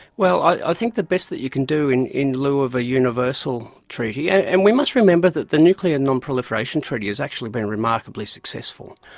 well, i think the best that you can do in in lieu of a universal treaty, yeah and we must remember that the nuclear non-proliferation treaty has actually been remarkably successful,